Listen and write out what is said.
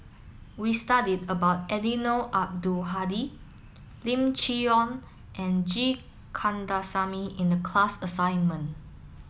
we studied about Eddino Abdul Hadi Lim Chee Onn and G Kandasamy in the class assignment